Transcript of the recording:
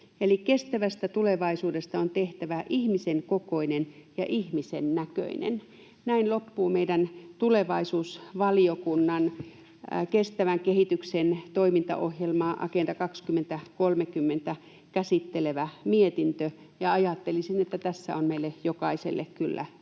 kestävästä tulevaisuudesta on tehtävä ihmisen kokoinen ja ihmisen näköinen. Näin loppuu meidän tulevaisuusvaliokunnan kestävän kehityksen toimintaohjelmaa Agenda 2030 käsittelevä mietintö, ja ajattelisin, että tässä on meille jokaiselle kyllä viitoitusta.